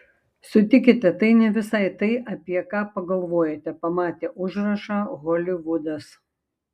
sutikite tai ne visai tai apie ką pagalvojate pamatę užrašą holivudas